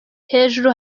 hejuru